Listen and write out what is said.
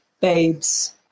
babes